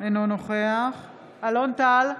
אינו נוכח אלון טל,